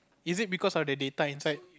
is it because of the data inside